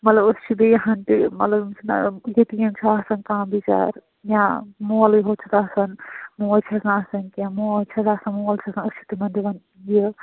مطلب أسۍ چھِ بیٚیہِ یِہَن تہِ مطلب یِم چھِنہ یتیٖم چھُ آسان کانٛہہ بِچار یا مولٕے ہوت چھُکھ آسان موج چھَس نہٕ آسن کیٚنٛہہ موج چھَس آسان مول چھُس أسۍ چھِ تِمَن دِوان یہِ